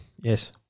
yes